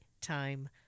time